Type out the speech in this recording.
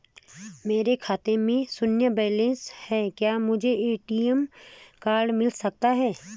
मेरे खाते में शून्य बैलेंस है क्या मुझे ए.टी.एम कार्ड मिल सकता है?